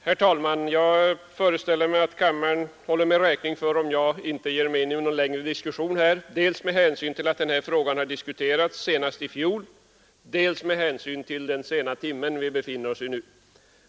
Herr talman! Jag föreställer mig att kammaren håller mig räkning för om jag inte ger mig in i någon längre diskussion dels med hänsyn till att denna fråga diskuterades i fjol, dels med hänsyn till den sena timmen.